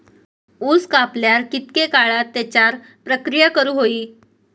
ऊस कापल्यार कितके काळात त्याच्यार प्रक्रिया करू होई?